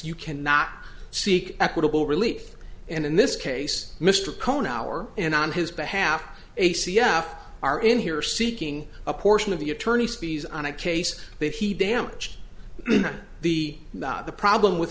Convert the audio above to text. you cannot seek equitable relief and in this case mr cohn our and on his behalf a c f are in here seeking a portion of the attorney spies on a case that he damaged the the problem with